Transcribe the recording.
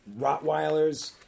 Rottweilers